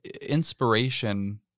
inspiration